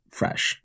fresh